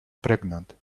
pregnant